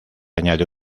añadió